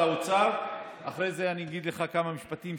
האוצר ואחרי זה אני אגיד לך כמה משפטים.